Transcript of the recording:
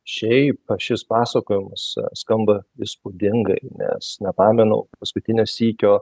šiaip šis pasakojimas skamba įspūdingai nes nepamenu paskutinio sykio